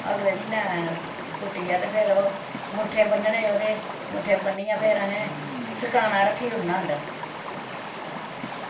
अगले म्हीनै पुट्टियै ते फिर मुट्ठे बन्नने ओह्दे मुट्ठे बन्नियै फिर असें सकाना रक्खी ओड़ना अंदर